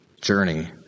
journey